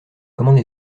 commande